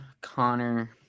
Connor